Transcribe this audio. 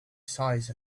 size